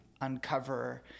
uncover